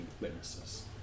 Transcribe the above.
witnesses